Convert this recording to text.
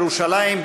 לירושלים,